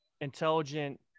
intelligent –